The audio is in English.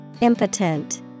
Impotent